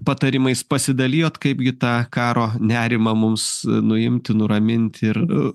patarimais pasidalijot kaipgi tą karo nerimą mums nuimti nuraminti ir